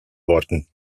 worden